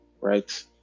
right